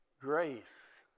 grace